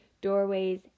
doorways